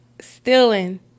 Stealing